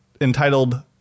entitled